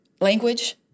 language